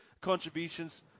contributions